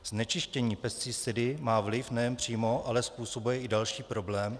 Znečištění pesticidy má vliv nejen přímo, ale způsobuje i další problém.